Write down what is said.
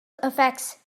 affects